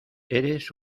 eres